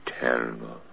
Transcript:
terrible